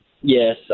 Yes